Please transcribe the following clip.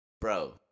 bro